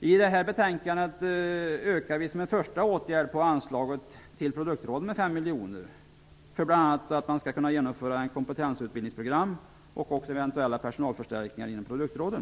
I det här betänkandet ökar vi som en första åtgärd på anslaget till produktråden med 5 miljoner, bl.a. för att man skall kunna genomföra ett kompetensutbildningsprogram och göra eventuella personalförstärkningar inom produktråden.